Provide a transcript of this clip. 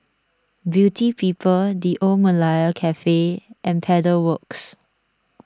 Beauty People the Old Malaya Cafe and Pedal Works